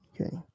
Okay